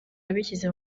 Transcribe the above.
yabishyize